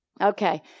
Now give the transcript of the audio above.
Okay